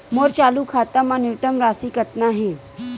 मोर चालू खाता मा न्यूनतम राशि कतना हे?